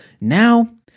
Now